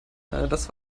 das